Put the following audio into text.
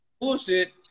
bullshit